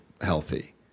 healthy